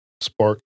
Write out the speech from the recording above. spark